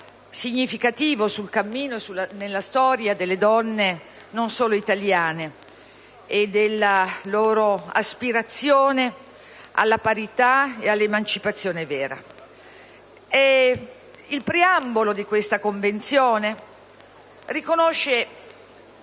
significativo per la storia delle donne, non solo italiane, e della loro aspirazione alla parità e all'emancipazione vera. Il preambolo di questa Convenzione riconosce